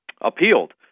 appealed